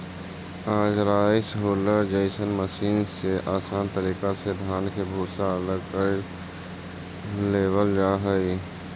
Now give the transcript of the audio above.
आज rice huller जइसन machine से आसान तरीका से धान के भूसा अलग कर लेवल जा हई